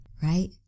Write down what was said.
Right